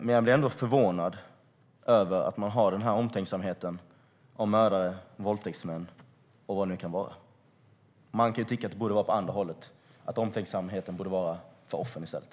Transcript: Men jag blir ändå förvånad över att man har denna omtänksamhet om mördare, våldtäktsmän och vilka det nu kan vara. Man kan tycka att det borde vara åt andra hållet, det vill säga att man har denna omtänksamhet om offren i stället.